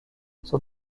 sont